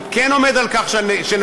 אני כן עומד על כך שנצביע,